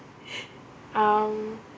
um